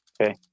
okay